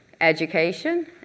education